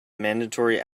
mandatory